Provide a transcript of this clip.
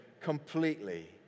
completely